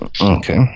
Okay